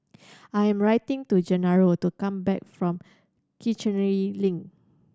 I am to Genaro to come back from Kiichener Link